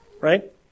right